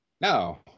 no